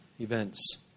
events